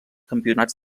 campionats